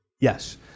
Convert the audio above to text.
Yes